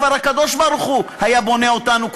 כבר הקדוש-ברוך-הוא היה בונה אותנו,